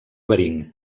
bering